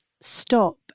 stop